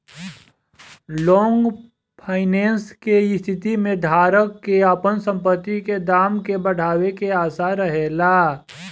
long finance के स्थिति में धारक के आपन संपत्ति के दाम के बढ़ावे के आशा रहेला